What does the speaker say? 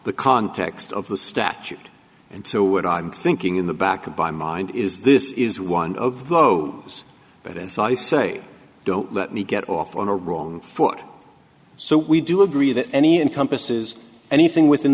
the context of the statute and so what i'm thinking in the back of by mind is this is one of those but as i say don't let me get off on the wrong foot so we do agree that any encompasses anything within